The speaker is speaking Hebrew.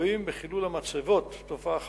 רואים בחילול המצבות תופעה חמורה,